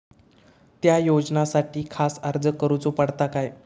त्या योजनासाठी खास अर्ज करूचो पडता काय?